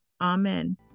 amen